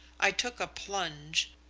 i took a plunge.